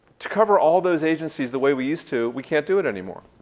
to cover all those agencies the way we used to, we can't do it anymore.